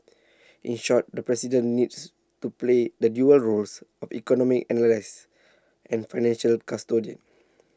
in short the president needs to play the dual roles of economic analyst and financial custodian